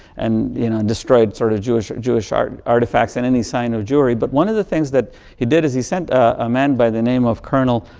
and you know, destroyed sort of jewish jewish ah and artifacts and any sign of jewry. but one of the things that he did is he sent a man by the name of colonel